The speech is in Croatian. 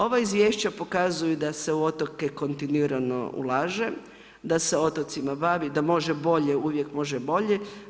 Ova izvješća pokazuju da se u otoke kontinuirano ulaže, da se otocima bavi, da može bolje uvijek može bolje.